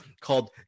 called